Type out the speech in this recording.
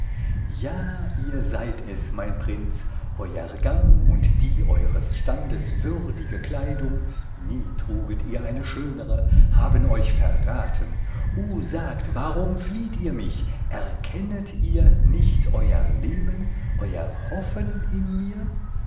ja ihr seid es mein prinz euer gang und die eures standes würdige kleidung nie truget ihr eine schönere haben euch verraten o sagt warum flieht ihr mich erkennet ihr nicht euer leben euer hoffen in mir